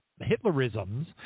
Hitlerisms